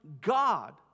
God